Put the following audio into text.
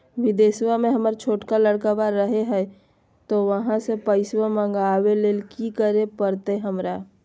बिदेशवा में हमर छोटका लडकवा रहे हय तो वहाँ से पैसा मगाबे ले कि करे परते हमरा?